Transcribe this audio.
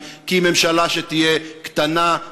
כי היא ממשלה שתהיה קטנה,